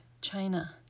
China